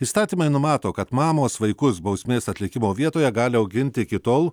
įstatymai numato kad mamos vaikus bausmės atlikimo vietoje gali auginti iki tol